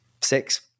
Six